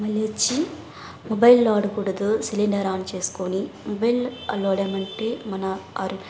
మళ్లి వచ్చి మొబైల్ వాడకూడదు సిలండర్ ఆన్ చేసుకొని మొబైల్ అలవడం అంటే మన అర్